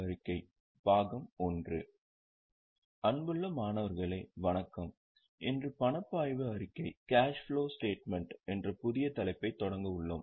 அன்புள்ள மாணவர்களே வணக்கம் இன்று பணப்பாய்வு அறிக்கை என்ற புதிய தலைப்பைத் தொடங்க உள்ளோம்